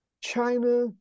China